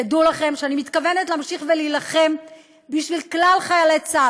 תדעו לכם שאני מתכוונת להמשיך ולהילחם בשביל כלל חיילי צה"ל,